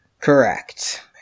Correct